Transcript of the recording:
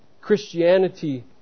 Christianity